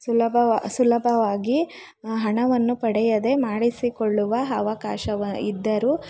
ಸುಲಭವಾಗಿ ಸುಲಭವಾಗಿ ಹಣವನ್ನು ಪಡೆಯದೇ ಮಾಡಿಸಿಕೊಳ್ಳುವ ಅವಕಾಶ ಇದ್ದರೂ